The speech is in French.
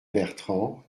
bertrand